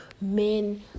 men